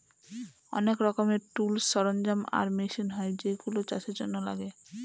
অনেক রকমের টুলস, সরঞ্জাম আর মেশিন হয় যেগুলা চাষের জন্য লাগে